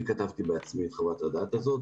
אני כתבתי בעצמי את חוות הדעת הזאת,